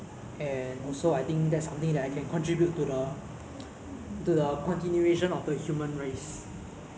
because if you were saying this in this context which means ah robots A_I you know is dominating the world already right